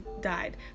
died